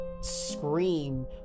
scream